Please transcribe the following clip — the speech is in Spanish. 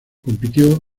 compitió